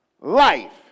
life